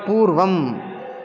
पूर्वम्